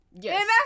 Yes